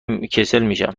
میشم